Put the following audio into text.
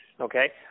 okay